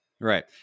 Right